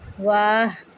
واہ